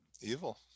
Evil